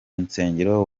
nsengero